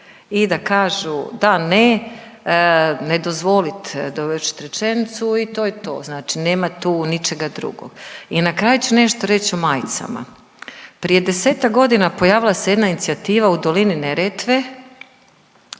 i da kažu da, ne, ne dozvolit dovršit rečenicu i to je to. Znači nema tu ničega drugog. I na kraju ću nešto reći o majicama. Prije desetak godina pojavila se jedna inicijativa u dolini Neretve